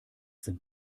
sind